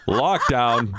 lockdown